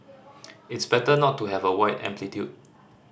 it's better not to have a wide amplitude